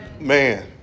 man